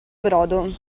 brodo